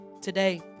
today